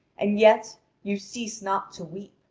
and yet you cease not to weep!